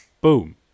Boom